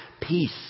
peace